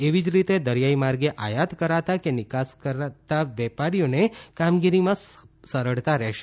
એવી જ રીતે દરીયાઇ માર્ગે આયાત કરાતા કે નિકાસ કરતા વેપારીઓને કામગીરીમાં સરળતા રહેશે